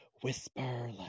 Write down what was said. whisper